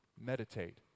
Meditate